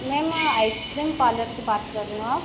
ma'am ice cream parlour से बात कर रहे हो आप